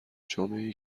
جامعهای